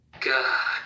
God